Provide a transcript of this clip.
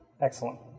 Excellent